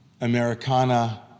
Americana